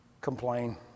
Complain